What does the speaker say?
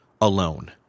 alone